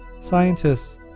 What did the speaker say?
scientists